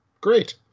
great